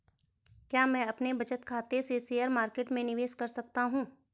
क्या मैं अपने बचत खाते से शेयर मार्केट में निवेश कर सकता हूँ?